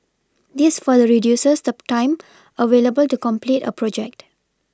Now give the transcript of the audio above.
this further reduces the time available to complete a project